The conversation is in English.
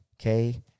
okay